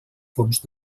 fons